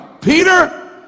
Peter